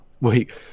wait